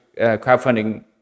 crowdfunding